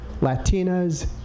Latinas